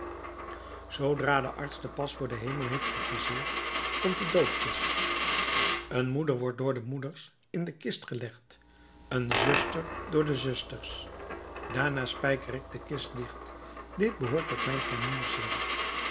zoodra de arts den pas voor den hemel heeft geviseerd komt de doodkist een moeder wordt door de moeders in de kist gelegd een zuster door de zusters daarna spijker ik de kist dicht dit behoort tot mijn tuinierswerk